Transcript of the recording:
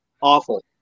Awful